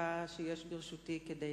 הדקה שלרשותי כדי